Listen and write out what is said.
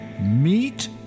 Meet